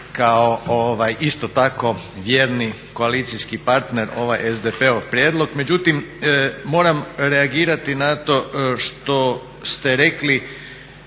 kao isto tako vjerni koalicijski partner ovaj SDP-ov prijedlog, međutim moram reagirati na to što ste rekli